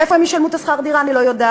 איך הם ישלמו את שכר-הדירה אני לא יודעת,